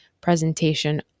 presentation